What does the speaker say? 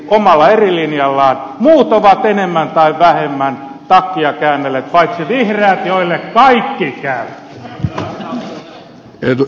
muut ovat enemmän tai vähemmän takkia käännelleet paitsi vihreät joille kaikki käy